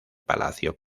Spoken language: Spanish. palacio